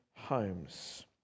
homes